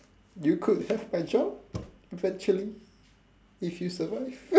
you could have my job eventually if you survive